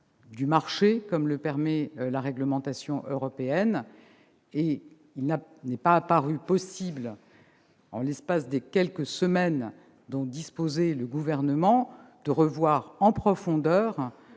du marché, comme le permet la réglementation européenne. Il n'est pas apparu possible, en l'espace des quelques semaines dont disposait le Gouvernement, de revoir en profondeur